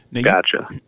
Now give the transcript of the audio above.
Gotcha